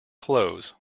clothes